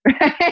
right